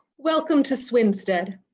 welcome to swinstead.